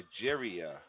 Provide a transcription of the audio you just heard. Nigeria